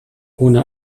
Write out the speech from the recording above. ohne